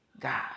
God